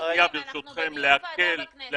--- אנחנו הקמנו ועדה בכנסת.